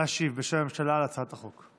להשיב בשם הממשלה על הצעת החוק.